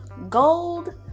Gold